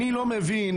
אני לא מבין,